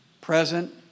present